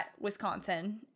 Wisconsin